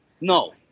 no